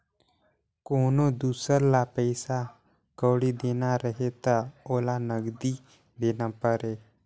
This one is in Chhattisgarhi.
कोनो दुसर ल पइसा कउड़ी देना रहें त ओला नगदी देना परे